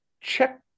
check